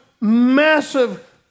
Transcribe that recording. massive